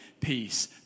peace